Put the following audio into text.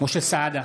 משה סעדה,